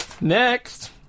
Next